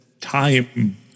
time